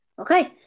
Okay